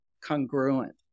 congruent